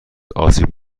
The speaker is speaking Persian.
آسیب